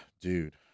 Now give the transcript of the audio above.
dude